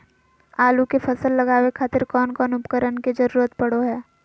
आलू के फसल लगावे खातिर कौन कौन उपकरण के जरूरत पढ़ो हाय?